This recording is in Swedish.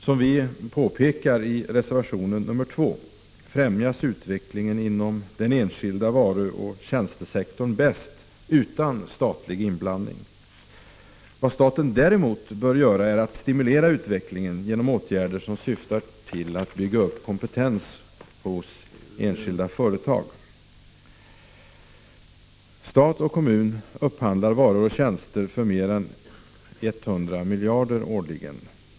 Som vi påpekar i reservation 2 främjas utvecklingen inom den enskilda varuoch tjänstesektorn bäst utan statlig inblandning. Vad staten däremot bör göra är att stimulera utvecklingen genom åtgärder som syftar till att bygga upp kompetens hos enskilda företag. Stat och kommun upphandlar varor och tjänster för mer än 100 miljarder.